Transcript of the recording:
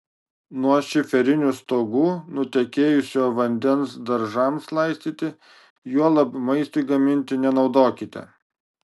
nuo šiferinių stogų nutekėjusio vandens daržams laistyti juolab maistui gaminti nenaudokite